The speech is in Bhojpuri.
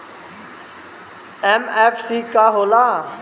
एम.एफ.सी का हो़ला?